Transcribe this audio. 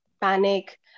panic